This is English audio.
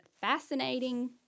fascinating